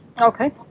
okay